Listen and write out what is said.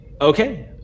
Okay